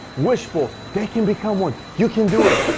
wishful, they can become one. you can do it.